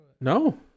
No